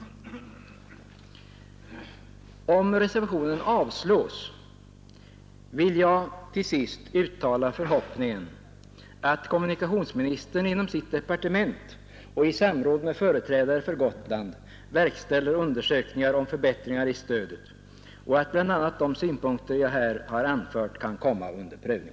Om reservationen avslås vill jag till sist uttala förhoppningen att kommunikationsministern inom sitt departement och i samråd med företrädare för Gotland verkställer undersökningar om förbättringar i stödet och att bl.a. de synpunkter jag här har anfört då kan komma under prövning.